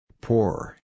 Poor